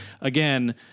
again